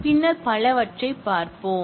பின்னர் பலவற்றைப் பார்ப்போம்